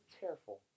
careful